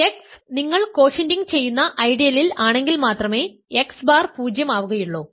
x നിങ്ങൾ quotienting ചെയ്യുന്ന ഐഡിയലിൽ ആണെങ്കിൽ മാത്രമേ x ബാർ 0 ആവുകയുള്ളൂ